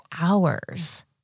hours